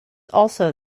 also